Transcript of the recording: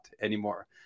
anymore